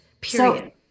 period